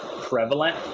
prevalent